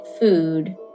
food